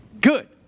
Good